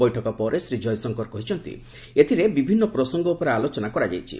ବୈଠକ ପରେ ଶ୍ରୀ ଜୟଶଙ୍କର କହିଛନ୍ତି ଏଥିରେ ବିଭିନ୍ନ ପ୍ରସଙ୍ଗ ଉପରେ ଆଲୋଚନା କରାଯାଇଛି